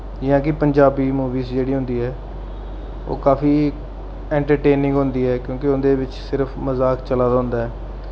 जि'यां के पंजाबी मूवी जेह्ड़ी होंदी ऐ ओह् काफी ऐंटरटेनिंग होंदी ऐ क्योंकि उं'दे बिच छड़ा मजाक चलै दा होंदा ऐ